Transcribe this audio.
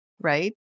right